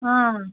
हाम्